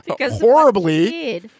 Horribly